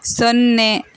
ಸೊನ್ನೆ